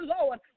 Lord